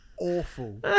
awful